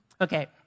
Okay